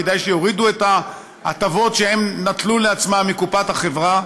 כדאי שיורידו את ההטבות שהם נטלו לעצמם מקופת החברה.